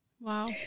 Wow